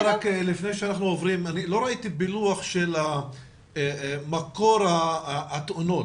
פילוח של מקור התאונות.